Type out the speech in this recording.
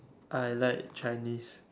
I like Chinese